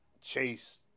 Chase